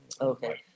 Okay